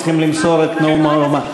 צריכים למסור את הנאום לאומה.